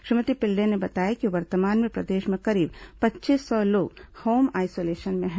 श्रीमती पिल्ले ने बताया कि वर्तमान में प्रदेश में करीब पच्चीस सौ लोग होम आइसोलेशन में हैं